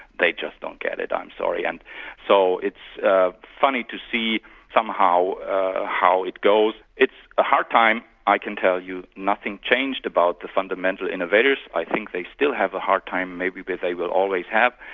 they just don't get it, i'm sorry. and so it's funny to see somehow how it goes. it's a hard time, i can tell you. nothing changed about the fundamental innovators, i think they still have a hard time, maybe they they will always have.